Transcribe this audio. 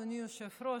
אדוני היושב-ראש,